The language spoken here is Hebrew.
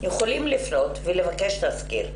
יכולים לפנות ולבקש תסקיר.